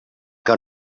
que